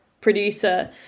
producer